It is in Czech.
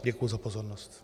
Děkuji za pozornost.